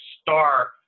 Star